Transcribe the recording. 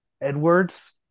edwards